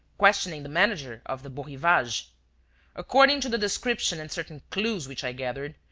questioning the manager of the beaurivage. according to the description and certain clues which i gathered,